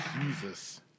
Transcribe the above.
Jesus